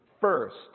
first